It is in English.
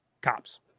Cops